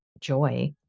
joy